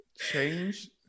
change